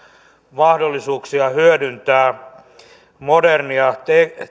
mahdollisuuksia hyödyntää modernia